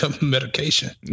medication